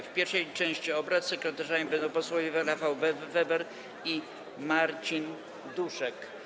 W pierwszej części obrad sekretarzami będą posłowie Rafał Weber i Marcin Duszek.